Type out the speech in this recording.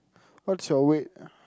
what's your weight